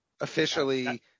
Officially